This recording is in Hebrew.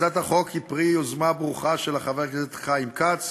הצעת החוק היא פרי יוזמה ברוכה של חבר הכנסת חיים כץ.